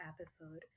episode